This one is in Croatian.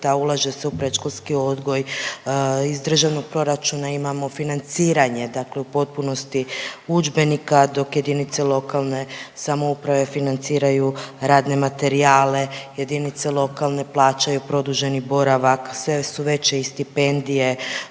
ulaže se u predškolski odgoj, iz Državnog proračuna imamo financiranje dakle u potpunosti udžbenika dok jedinice lokalne samouprave financiraju radne materijale, jedinice lokalne plaćaju produženi boravak, sve su veće i stipendije,